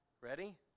Ready